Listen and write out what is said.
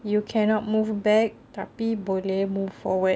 you cannot move back tapi boleh move forward